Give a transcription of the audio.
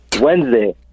Wednesday